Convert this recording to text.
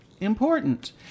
Important